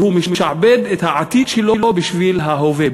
והוא משעבד את העתיד שלו בשביל ההווה,